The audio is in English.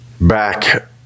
back